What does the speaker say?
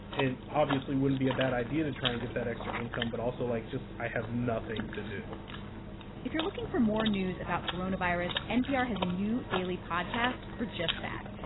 it obviously wouldn't be a bad idea to try and get that extra income, but also, like, just i have nothing to do if you're looking for more news about coronavirus, npr has a new daily podcast for just that.